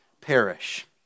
perish